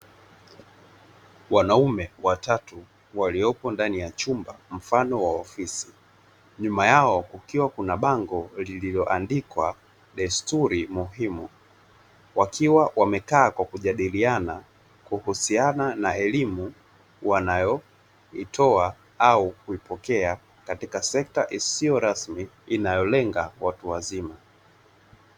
Wanaume watatu waliopo ndani ya chumba mfano wa offisi, nyuma yao kukiwa kuna bango lililoandikwa desturi muhimu, wakiwa wamekaa kwa kujadiliana kuhusiana na elimu wanayoitoa au kuipokea katika sekta isiyo rasimi inayolenga watu wazima.